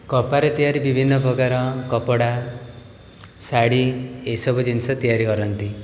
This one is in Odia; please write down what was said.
କପାରେ ତିଆରି ବିଭିନ୍ନ ପ୍ରକାର କପଡ଼ା ଶାଢ଼ୀ ଏସବୁ ଜିନିଷ ତିଆରି କରନ୍ତି